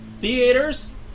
theaters